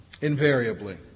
Invariably